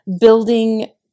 building